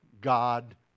God